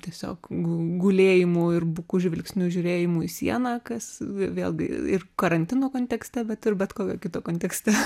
tiesiog gulėjimu ir buku žvilgsniu žiūrėjimu į sieną kas vėlgi ir karantino kontekste bet ir bet kokio kito kontekste